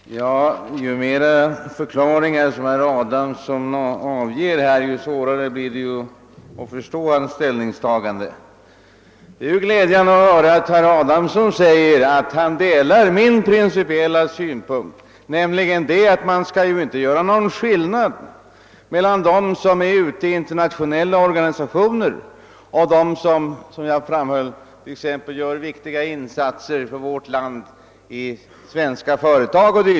Herr talman! Ju fler förklaringar herr Adamsson avger, desto svårare blir det att förstå hans ställningstagande. Det är glädjande att höra att herr Adamsson delar min principiella synpunkt att man inte bör göra någon skillnad mellan dem som arbetar i internationella organisationer och dem som exempelvis gör viktiga insatser för vårt land i svenska företag.